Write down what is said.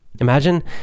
Imagine